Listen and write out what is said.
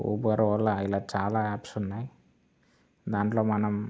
Uber Ola ఇలా చాలా apps ఉన్నాయి దాంట్లో మనం